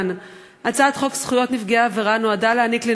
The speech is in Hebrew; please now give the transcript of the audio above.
הצעת חוק זכויות נפגעי עבירה (זכותו